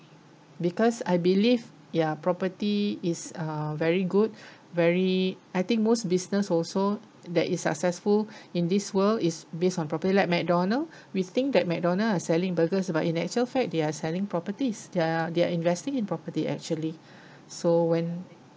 because I believe ya property is uh very good very I think most business also that is successful in this world is based on property like McDonald we think that McDonald are selling burgers but in actual fact they are selling properties they are they are investing in property actually so when